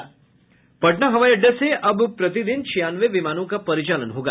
पटना हवाई अड्डा से अब प्रतिदिन छियानवे विमानों का परिचालन होगा